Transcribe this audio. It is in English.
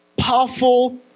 powerful